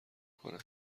کنه